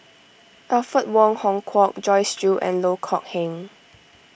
Alfred Wong Hong Kwok Joyce Jue and Loh Kok Heng